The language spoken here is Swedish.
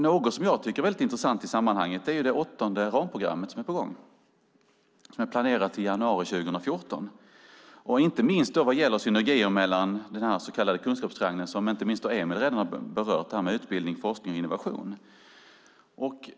Något som jag tycker är väldigt intressant i sammanhanget är det åttonde ramprogrammet som är på gång - det är planerat till januari 2014 - inte minst vad gäller synergier i den så kallade kunskapstriangeln, som inte minst Emil har berört, med utbildning, forskning och innovation.